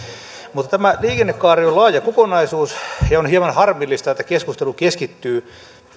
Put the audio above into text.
mutta tämä liikennekaari on laaja kokonaisuus ja on hieman harmillista että keskustelu keskittyy